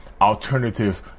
alternative